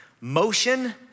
Motion